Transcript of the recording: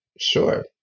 Sure